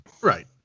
Right